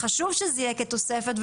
חשוב שזה יהיה כתוספת,